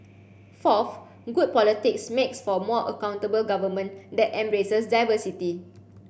fourth good politics makes for more accountable government that embraces diversity